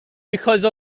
because